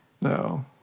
No